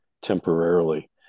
temporarily